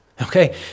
Okay